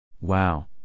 Wow